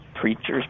preachers